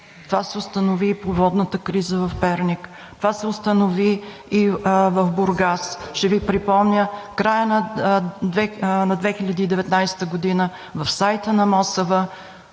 Това се установи и от водната криза в Перник, това се установи и в Бургас. Ще Ви припомня – в края на 2019 г. в сайта на МОСВ